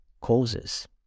causes